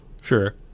sure